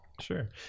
sure